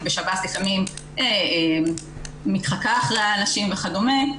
בשב"ס לפעמים מתחקה אחרי האנשים וכדומה,